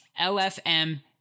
LFM